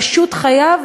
פשוט חייב,